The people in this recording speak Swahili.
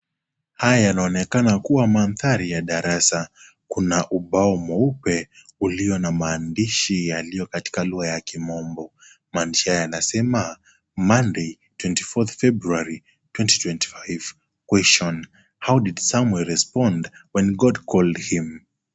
Haya yanaonekana kuwa madhari ya darasa, kuna ubao mweupe ulio na maandishi yaliyo katika lugha ya kimombo, maandishi haya yanasema Monday 24th February 2025, Question: How did Samwel respond when God called him .